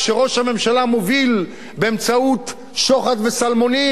כשראש הממשלה מוביל באמצעות שוחד ושלמונים,